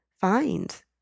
find